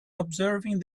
observing